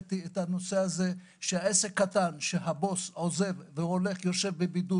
והעליתי את העניין הזה שעסק קטן שהבוס עוזב ויושב בבידוד,